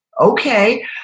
okay